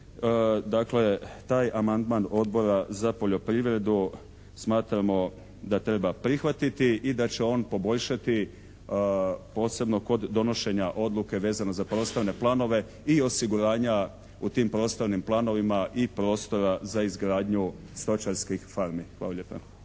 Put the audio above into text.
dakle taj amandman Odbora za poljoprivredu smatramo da treba prihvatiti i da će on poboljšati posebno kod donošenja odluke vezano za prostorne planove i osiguranja u tim prostornim planovima i prostora za izgradnju stočarskih farmi. Hvala lijepa.